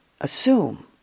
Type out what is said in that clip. assume